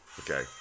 Okay